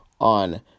on